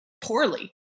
poorly